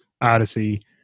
Odyssey